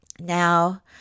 Now